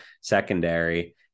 secondary